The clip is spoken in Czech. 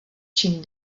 čím